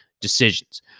decisions